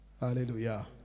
Hallelujah